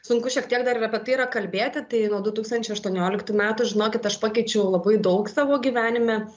sunku šiek tiek dar ir apie tai yra kalbėti tai nuo du tūkstančiai aštuonioliktų metų žinokit aš pakeičiau labai daug savo gyvenime